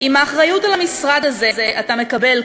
עם האחריות למשרד הזה אתה מקבל,